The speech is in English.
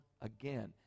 again